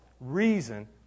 reason